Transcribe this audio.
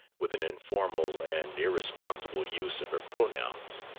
with an informal and irresponsible use of her pronouns.